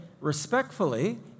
respectfully